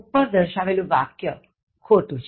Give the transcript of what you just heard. ઉપર દર્શાવેલું વાક્ય ખોટું છે